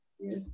Yes